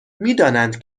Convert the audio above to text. میدانند